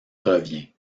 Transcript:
revient